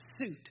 suit